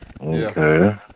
Okay